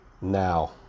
now